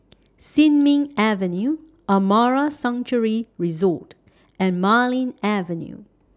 Sin Ming Avenue Amara Sanctuary Resort and Marlene Avenue